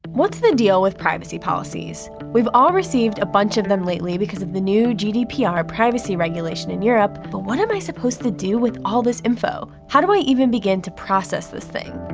what's the deal with privacy policies? we've all received a bunch of them lately because of the new gdpr privacy regulation in europe, but what am i supposed to do with all this info? how do i even begin to process this thing?